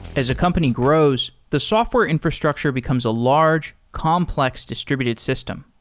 as a company grows, the software infrastructure becomes a large complex distributed system.